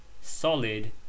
solid